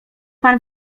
pan